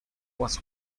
was